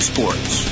Sports